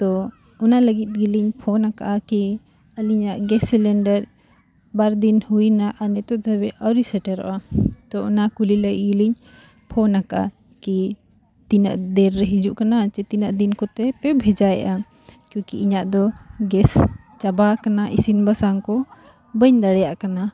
ᱛᱚ ᱚᱱᱟ ᱞᱟᱹᱜᱤᱫ ᱜᱮᱞᱤᱧ ᱯᱷᱳᱱ ᱟᱠᱟᱫᱼᱟ ᱠᱤ ᱟᱞᱤᱧᱟᱜ ᱜᱮᱥ ᱥᱤᱞᱤᱱᱰᱟᱨ ᱵᱟᱨ ᱫᱤᱱ ᱦᱩᱭᱱᱟ ᱟᱨ ᱱᱤᱛᱚᱜ ᱫᱷᱟᱹᱵᱤᱡ ᱟᱹᱨᱤ ᱥᱮᱴᱮᱨᱚᱜᱼᱟ ᱛᱚ ᱚᱱᱟ ᱠᱩᱞᱤ ᱞᱮ ᱜᱮᱞᱤᱧ ᱯᱷᱳᱱ ᱟᱠᱟᱫᱼᱟ ᱠᱤ ᱛᱤᱱᱟᱹᱜ ᱫᱮᱨ ᱨᱮ ᱦᱤᱡᱩᱜ ᱠᱟᱱᱟ ᱪᱮ ᱛᱤᱱᱟᱹᱜ ᱫᱤᱱ ᱠᱚᱛᱮ ᱯᱮ ᱵᱷᱮᱡᱟᱭᱮᱜᱼᱟ ᱠᱤ ᱠᱤ ᱤᱧᱟᱹᱜ ᱫᱚ ᱜᱮᱥ ᱪᱟᱵᱟ ᱟᱠᱟᱱᱟ ᱤᱥᱤᱱ ᱵᱟᱥᱟᱝ ᱠᱚ ᱵᱟᱹᱧ ᱫᱟᱲᱮᱭᱟᱜ ᱠᱟᱱᱟ